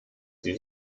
sie